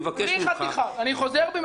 אני חוזר בי מהמילה "חתיכה".